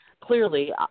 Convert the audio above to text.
clearly